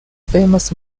famous